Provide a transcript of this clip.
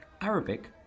Arabic